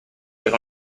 per